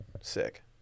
Sick